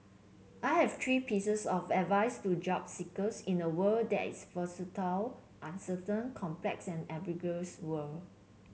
I have three pieces of advice to job seekers in a world that is uncertain complex and ambiguous world